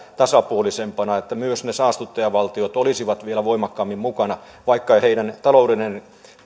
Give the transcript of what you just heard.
tasapuolisempana että myös ne saastuttajavaltiot olisivat vielä voimakkaammin mukana vaikka heidän taloudellinen